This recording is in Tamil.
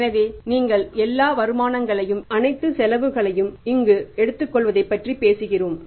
எனவே இங்கே நாம் எல்லா வருமானங்களையும் அனைத்து செலவுகளையும் இங்கு எடுத்துக்கொள்வதைப் பற்றி பேசுகிறோம்